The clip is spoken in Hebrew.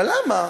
אבל למה?